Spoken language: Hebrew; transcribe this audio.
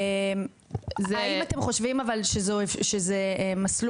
אבל לשיטתכם,